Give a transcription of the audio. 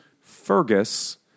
Fergus